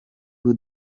ubu